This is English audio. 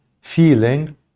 feeling